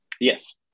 Yes